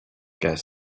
gas